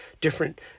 Different